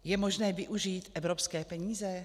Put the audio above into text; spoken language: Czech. Je možné využít evropské peníze?